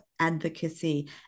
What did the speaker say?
advocacy